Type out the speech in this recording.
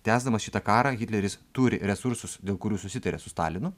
tęsdamas šitą karą hitleris turi resursus dėl kurių susitarė su stalinu